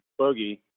Boogie